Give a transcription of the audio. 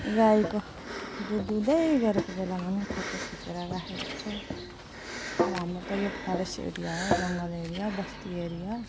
गाईको दुध दुँदै गरेको बेलामा पनि फोटो खिचेर राखेको छु अब हाम्रो त यो फरेस्ट एरिया हो जङ्गल एरिया बस्ती एरिया